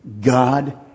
God